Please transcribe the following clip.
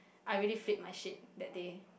I really flipped my shit that day